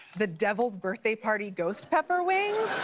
the devil's birthday party ghost pepper wings